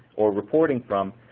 or reporting from.